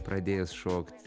pradėjęs šokt